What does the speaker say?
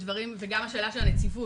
וגם השאלה של הנציבות,